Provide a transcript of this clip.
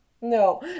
No